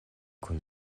kun